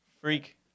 Freak